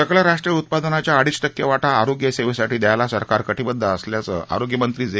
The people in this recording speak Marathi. सकल राष्ट्रीय उत्पादनाच्या अडीच टक्के वाटा आरोग्य सेवेसाठी द्यायला सरकार कटीबद्ध असल्याचं आरोग्यमंत्री जे